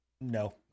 no